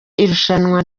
irushanwa